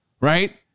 Right